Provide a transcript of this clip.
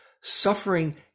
suffering